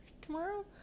tomorrow